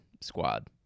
squad